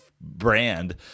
brand